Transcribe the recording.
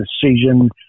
decision